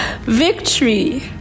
Victory